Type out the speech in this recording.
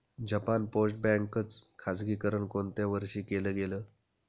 Japan post bank च खाजगीकरण कोणत्या वर्षी केलं गेलं?